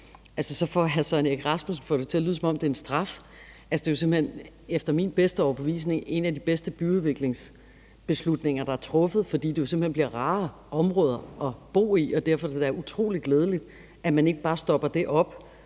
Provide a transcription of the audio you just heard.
men hr. Søren Egge Rasmussen får det til at lyde, som om det er en straf. Altså, det er efter min overbevisning en af de bedste byudviklingsbeslutninger, der er truffet, fordi det jo simpelt hen bliver rarere områder af bo i, og derfor er det da utrolig glædeligt, at man ikke bare stopper det,